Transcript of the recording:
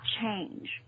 change